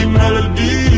melody